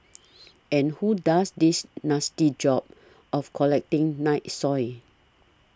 and who does this nasty job of collecting night soil